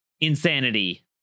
insanity